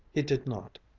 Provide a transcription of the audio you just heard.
he did not.